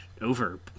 over